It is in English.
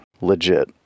legit